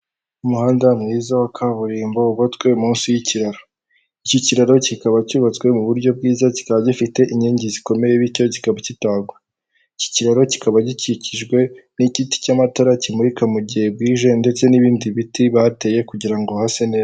Umuhanda mwiza wa kaburimbo wubatswe munsi y'ikiraro. Iki kiraro kikaba cyubatswe mu buryo bwiza, kikaba gifite inkingi zikomeye, bityo kikaba kitagwa. Iki kiraro kikaba gikikijwe n'igiti cy'amatara kimurika mu gihe bwije ndetse n'ibindi biti bateye kugira ngo hase neza.